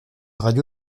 radio